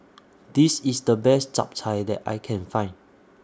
This IS The Best Chap Chai that I Can Find